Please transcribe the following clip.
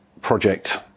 project